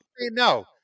No